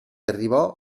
arrivò